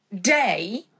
day